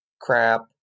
crap